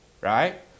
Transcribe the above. right